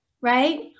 right